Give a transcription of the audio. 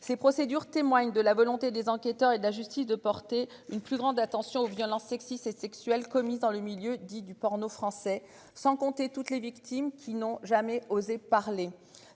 ces procédures témoigne de la volonté des enquêteurs et la justice de porter une plus grande attention aux violences sexistes et sexuelles commises dans le milieu dit du porno français sans compter toutes les victimes qui n'ont jamais osé parler